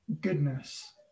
goodness